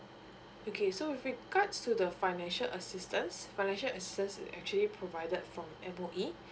okay so with regards to the financial assistance financial assistance actually provided from M_O_E